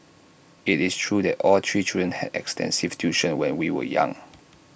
IT is true that all three children had extensive tuition when we were young